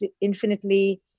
infinitely